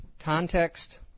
Context